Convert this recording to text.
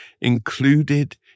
included